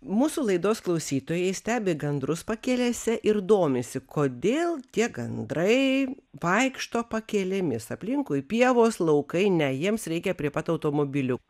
mūsų laidos klausytojai stebi gandrus pakelėse ir domisi kodėl tie gandrai vaikšto pakelėmis aplinkui pievos laukai ne jiems reikia prie pat automobilių